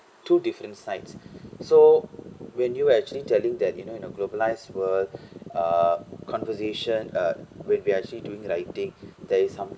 two different sites so when you actually telling that you know in a globalized world ah conversation uh when we actually doing writing there is some